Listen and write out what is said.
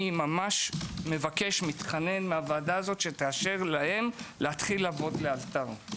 אני מתחנן מהוועדה הזאת שתאפשר להם להתחיל לעבוד לאלתר.